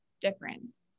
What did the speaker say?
difference